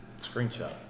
Screenshot